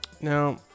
Now